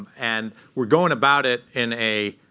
and we're going about it in a,